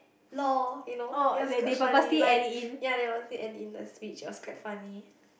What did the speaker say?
loh you know it was quite funny like ya they got say and in the speech it was quite funny